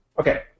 okay